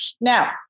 Now